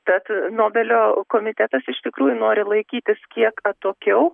tad nobelio komitetas iš tikrųjų nori laikytis kiek atokiau